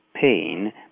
pain